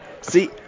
see